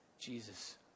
Jesus